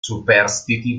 superstiti